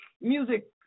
music